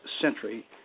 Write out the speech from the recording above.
century